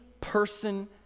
person